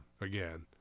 again